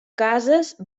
cases